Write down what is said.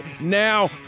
now